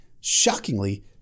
Shockingly